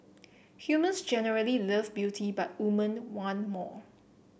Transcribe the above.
humans generally love beauty but women want more